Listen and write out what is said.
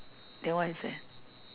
then what is it